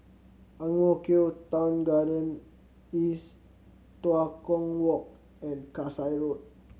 Ang Mo Kio Town Garden East Tua Kong Walk and Kasai Road